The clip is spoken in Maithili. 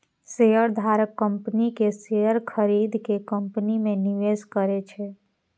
शेयरधारक कंपनी के शेयर खरीद के कंपनी मे निवेश करै छै